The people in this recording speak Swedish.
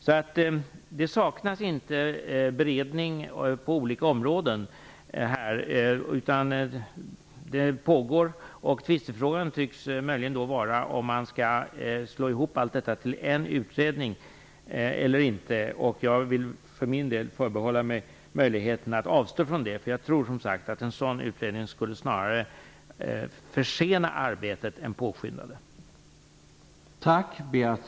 Det saknas alltså inte beredning på olika områden - det pågår. Tvistefrågan tycks möjligen då vara om man skall slå ihop allt detta till en utredning eller inte. Jag vill för min del förbehålla mig möjligheten att avstå från det. Jag tror som sagt att en sådan utredning snarare skulle försena arbetet än påskynda det.